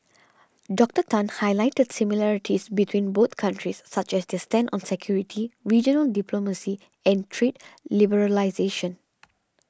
Doctor Tan highlighted similarities between both countries such as their stand on security regional diplomacy and trade liberalisation